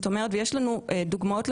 ויש לנו דוגמאות.